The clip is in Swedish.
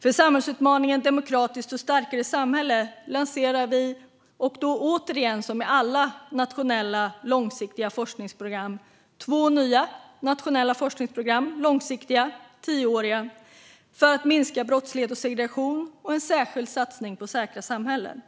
För samhällsutmaningen ett demokratiskt och starkare samhälle lanserar vi - återigen som med alla nationella långsiktiga forskningsprogram - två nya nationella forskningsprogram som är långsiktiga och tioåriga för att minska brottslighet och segregation och som innebär en särskild satsning på säkra samhällen.